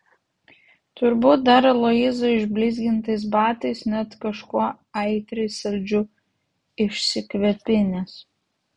turbūt dar aloyzo išblizgintais batais net kažkuo aitriai saldžiu išsikvepinęs